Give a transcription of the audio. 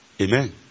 Amen